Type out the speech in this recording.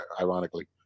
ironically